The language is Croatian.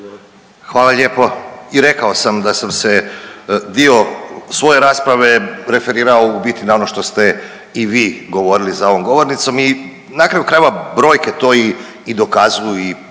Hvala lijepo. I rekao sam da sam se dio svoje rasprave referirao u biti na ono što ste i vi govorili za ovom govornicom i na kraju krajeva, brojke to i dokazuju i pokazuju.